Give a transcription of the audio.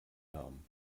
haben